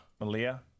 Malia